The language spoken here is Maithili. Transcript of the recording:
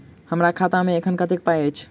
हम्मर खाता मे एखन कतेक पाई अछि?